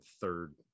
third